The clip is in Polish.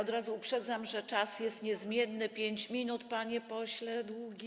Od razu uprzedzam, że czas jest niezmienny, 5 minut, panie pośle Długi.